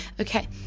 okay